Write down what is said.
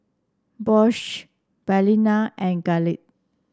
Bosch Balina and Gillette